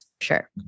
sure